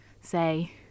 say